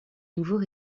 nouveaux